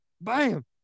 bam